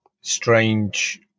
strange